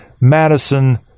Madison